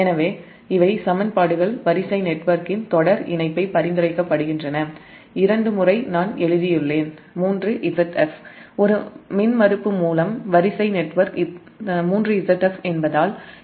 எனவே இவை சமன்பாடுகள் வரிசை நெட்வொர்க்கின் தொடர் இணைப்பை பரிந்துரைக்கின்றன இரண்டு முறை நான் எழுதியுள்ளேன் 3Zf ஒரு மின்மறுப்பு மூலம் வரிசை நெட்வொர்க் 3Zf என்பதால் இது 3 Zf Ia1